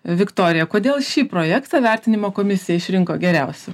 viktorija kodėl šį projektą vertinimo komisija išrinko geriausiu